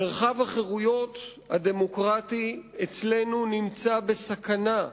מרחב החירויות הדמוקרטי אצלנו נמצא בסכנה,